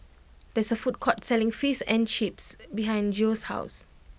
there is a food court selling Fish and Chips behind Geo's house